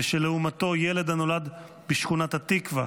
כשלעומתו ילד הנולד בשכונת התקווה,